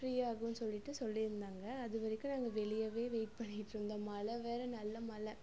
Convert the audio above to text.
ஃப்ரீயாகும்னு சொல்லிட்டு சொல்லியிருந்தாங்க அது வரைக்கும் நாங்கள் வெளியவே வெயிட் பண்ணிகிட்டுருந்தோம் மழை வேறு நல்ல மழை